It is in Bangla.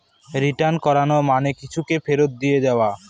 রিটার্ন করানো মানে কিছুকে ফেরত দিয়ে দেওয়া